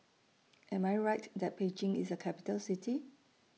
Am I Right that Beijing IS A Capital City